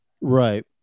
Right